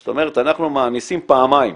זאת אומרת אנחנו מעמיסים פעמיים,